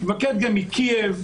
גם מקייב,